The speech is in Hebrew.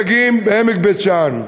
את הדגים בעמק בבית-שאן.